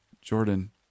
Jordan